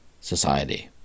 society